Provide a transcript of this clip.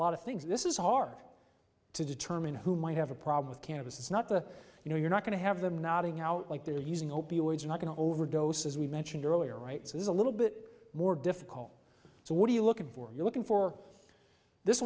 lot of things this is hard to determine who might have a problem with cannabis is not the you know you're not going to have them nodding out like they're using opioids and going to overdose as we mentioned earlier rights is a little bit more difficult so what are you looking for you're looking for this